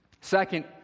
second